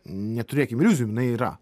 neturėkim iliuzijų jinai yra